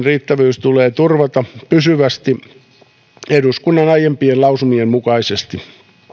riittävyys tulee turvata pysyvästi eduskunnan aiempien lausumien mukaisesti